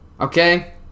Okay